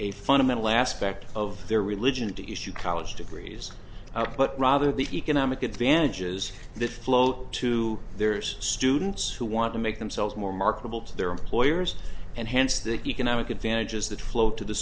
a fundamental aspect of their religion to issue college degrees out but rather the economic advantages that flow to their ears students who want to make themselves more marketable to their employers and hence the economic advantages that flow to the